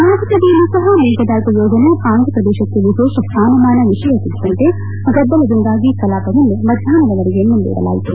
ಲೋಕಸಭೆಯಲ್ಲೂ ಸಹ ಮೇಕೆದಾಟು ಯೋಜನೆ ಅಂಧ್ರಪ್ರದೇಶಕ್ಕೆ ವಿಶೇಷ ಸ್ವಾನಮಾನ ವಿಷಯ ಕುರಿತಂತೆ ಗದ್ದಲದಿಂದಾಗಿ ಕಲಾಪವನ್ನು ಮಧ್ಯಾಪ್ನದವರೆಗೆ ಮುಂದೂಡಲಾಯಿತು